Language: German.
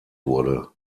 wurde